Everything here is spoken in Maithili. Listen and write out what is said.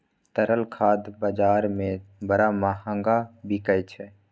तरल खाद बजार मे बड़ महग बिकाय छै